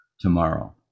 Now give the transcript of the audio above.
tomorrow